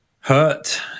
hurt